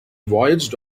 voyaged